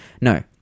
No